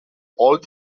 old